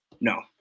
No